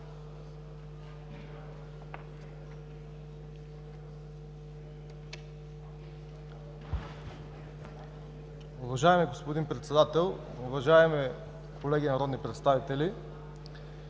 Ви, господин Председател. Уважаеми колеги народни представители!